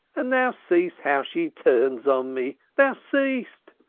and thou seest how she turns on me, thou seest.